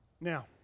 Now